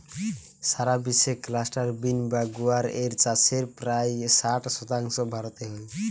সারা বিশ্বে cluster bean বা গুয়ার এর চাষের প্রায় ষাট শতাংশ ভারতে হয়